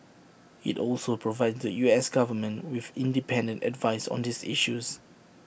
IT also provides the U S Government with independent advice on these issues